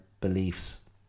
beliefs